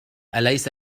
أليس